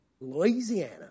Louisiana